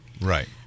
Right